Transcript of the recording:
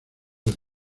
del